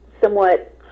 somewhat